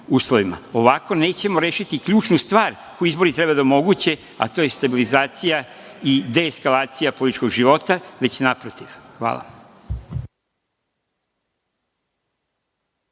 nećemo rešiti ključnu stvar koju izbori treba da omoguće, a to je stabilizacija i deeskalacija političkog života, već naprotiv. Hvala.